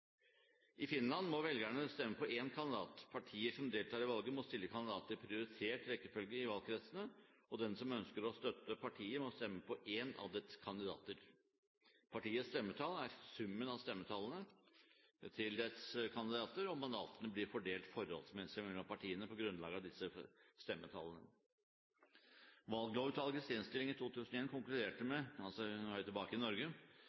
I Finland må velgerne stemme på én kandidat. Partier som deltar i valget, må stille kandidater i prioritert rekkefølge i valgkretsene, og den som ønsker å støtte partiet, må stemme på én av dets kandidater. Partiets stemmetall er summen av stemmetallene til dets kandidater, og mandatene blir fordelt forholdsmessig mellom partiene på grunnlag av disse stemmetallene. Valglovutvalgets innstilling i 2001 konkluderte med – nå er vi altså tilbake i Norge